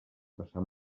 passar